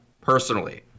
personally